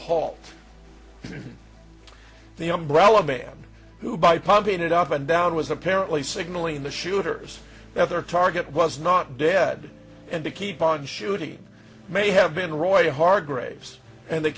halt the umbrella man who by pumping it up and down was apparently signaling the shooters another target was not dead and to keep on shooting may have been roy hargraves and the